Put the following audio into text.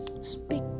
Speak